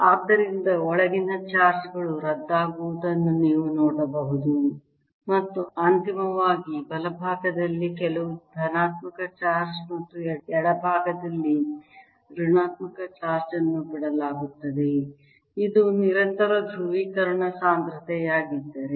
ಆದ್ದರಿಂದ ಒಳಗಿನ ಚಾರ್ಜ್ ಗಳು ರದ್ದಾಗುವುದನ್ನು ನೀವು ನೋಡಬಹುದು ಮತ್ತು ಅಂತಿಮವಾಗಿ ಬಲಭಾಗದಲ್ಲಿ ಕೆಲವು ಧನಾತ್ಮಕ ಚಾರ್ಜ್ ಮತ್ತು ಎಡಭಾಗದಲ್ಲಿ ಋಣಾತ್ಮಕ ಚಾರ್ಜ್ ಅನ್ನು ಬಿಡಲಾಗುತ್ತದೆ ಇದು ನಿರಂತರ ಧ್ರುವೀಕರಣ ಸಾಂದ್ರತೆಯಾಗಿದ್ದರೆ